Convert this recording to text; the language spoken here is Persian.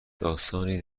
داستانی